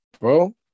bro